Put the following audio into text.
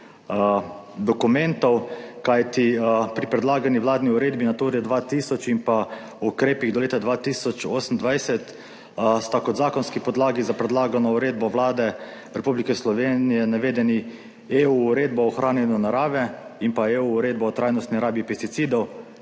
dokumentov. Kajti, pri predlagani vladni uredbi Nature 2000 in pa o ukrepih do leta 2028 sta kot zakonski podlagi za predlagano uredbo Vlade Republike Slovenije navedeni EU uredba o ohranjanju narave in pa EU uredba o trajnostni rabi pesticidov,